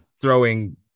throwing